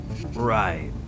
Right